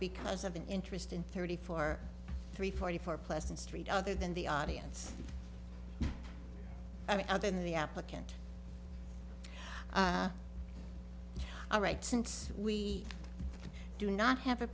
because of an interest in thirty four three forty four pleasant street other than the audience i mean other than the applicant all right since we do not have a